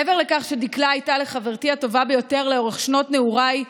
מעבר לכך שדקלה הייתה לחברתי הטובה ביותר לאורך שנות נעוריי,